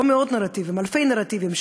לא מאות נרטיבים אלא אלפי נרטיבים,